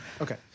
Okay